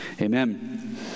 Amen